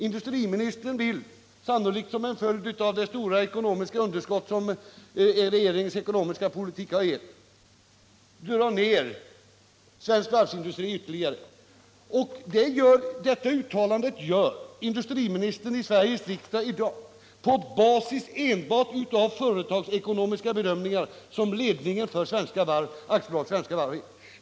Industriministern vill, sannolikt som en följd av det stora ekonomiska underskott som regeringens ekonomiska politik har givit, dra ned svensk varvsindustri ytterligare. Det uttalande industriministern gör i Sveriges riksdag i dag baseras enbart på företagsekonomiska bedömningar som ledningen för Svenska Varv AB har gjort.